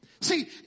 See